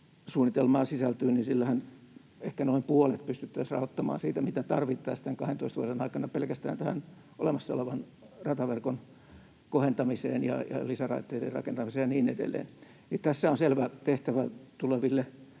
12-suunnitelmaan sisältyy, pystyttäisiin rahoittamaan ehkä noin puolet siitä, mitä tarvittaisiin tämän 12 vuoden aikana pelkästään tähän olemassa olevan rataverkon kohentamiseen ja lisäraiteiden rakentamiseen ja niin edelleen. Tässä on selvä tehtävä tuleville